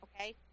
okay